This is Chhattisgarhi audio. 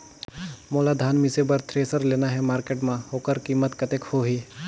मोला धान मिसे बर थ्रेसर लेना हे मार्केट मां होकर कीमत कतेक होही?